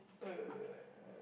uh at